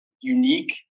unique